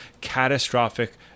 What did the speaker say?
catastrophic